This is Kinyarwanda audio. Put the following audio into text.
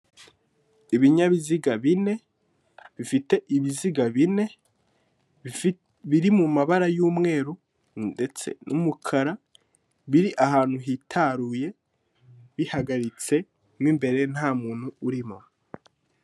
Ibinyabiziga bine bifite ibiziga bine biri mu mabara y'umweru ndetse n'umukara, biri ahantu hitaruye bihagaritse mo imbere nta muntu urimo.